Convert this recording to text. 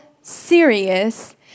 serious